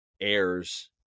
heirs